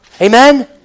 Amen